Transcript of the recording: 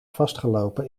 vastgelopen